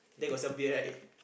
there got sell beer right